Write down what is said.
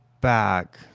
back